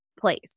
place